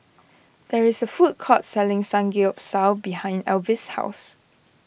there is a food court selling Samgeyopsal behind Elvis' house